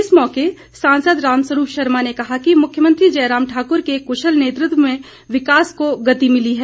इस मौके सांसद रामस्वरूप शर्मा ने कहा कि मुख्यमंत्री जयराम ठाकुर के कुशल नेतृत्व में विकास को गति मिली है